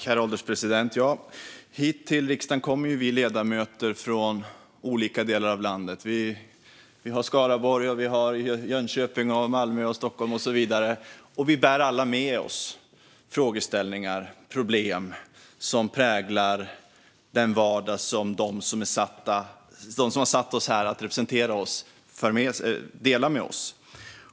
Herr ålderspresident! Vi ledamöter kommer hit till riksdagen från olika delar av landet, från Skaraborg, Jönköping, Malmö, Stockholm och så vidare. Vi bär alla med oss frågeställningar och problem som präglar den vardag som vi delar med dem som har satt oss här för att representera dem.